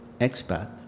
expat